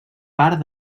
part